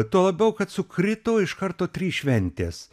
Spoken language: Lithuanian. tuo labiau kad sukrito iš karto trys šventės